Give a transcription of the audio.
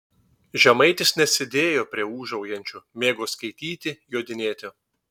žemaitis nesidėjo prie ūžaujančiųjų mėgo skaityti jodinėti